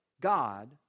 God